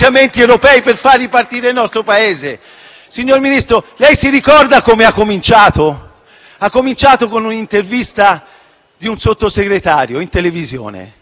Signor Ministro, lei si ricorda come ha cominciato? Con l'intervista di un Sottosegretario in televisione che non sapeva chi era il suo Ministro.